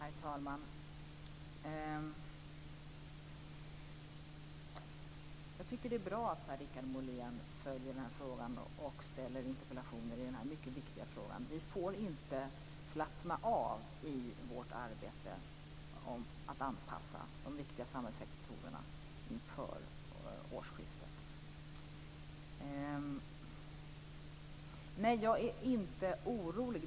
Herr talman! Jag tycker att det är bra att Per Richard Molén följer denna fråga och ställer interpellationer i denna mycket viktiga fråga. Vi får inte slappna av i vårt arbete med att anpassa de viktiga samhällssektorerna inför årsskiftet. Nej, jag är inte orolig.